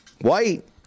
White